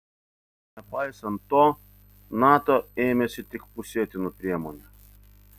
nepaisant to nato ėmėsi tik pusėtinų priemonių